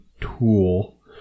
tool